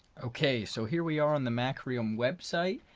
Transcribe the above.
ok so here we are on the macrium website,